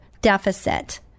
deficit